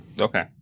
Okay